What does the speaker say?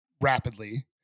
rapidly